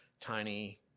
tiny